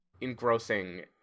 engrossing